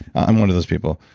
i'm one of those people.